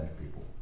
people